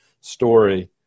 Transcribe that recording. story